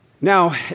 Now